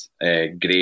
great